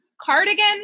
cardigan